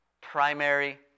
primary